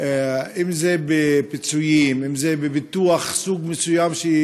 אם בפיצויים, אם בביטוח סוג מסוים?